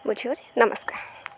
ବୁଝିହେଉଛି ନମସ୍କାର